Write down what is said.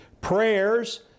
Prayers